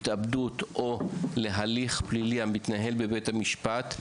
התאבדות או להליך פלילי המתנהל בבית המשפט,